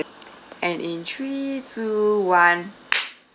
and in three two one